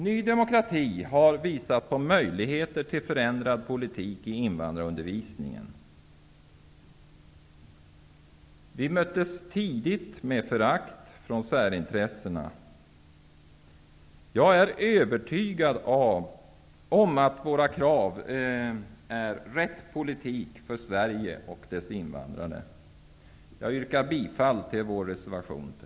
Ny demokrati har visat på möjligheter till förändrad politik i invandrarundervisningen. Vi möttes tidigt med förakt från särintressena. Jag är övertygad om att våra krav är rätt politik för Sverige och dess invandrare. Jag yrkar bifall till vår reservation 3.